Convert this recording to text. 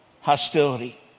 hostility